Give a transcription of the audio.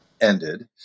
ended